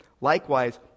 likewise